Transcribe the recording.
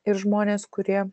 ir žmonės kurie